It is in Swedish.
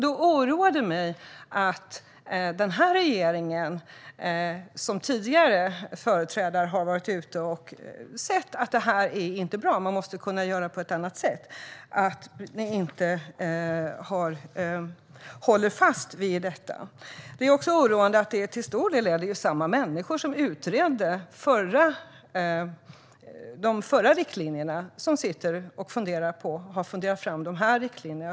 Det oroar mig att tidigare företrädare för den här regeringen har sett att detta inte är bra. Det måste kunna göras på ett annat sätt, och det borde man hålla fast vid. Det är också oroande att det till stor del är samma människor som utredde de förra riktlinjerna som nu har arbetat fram dessa riktlinjer.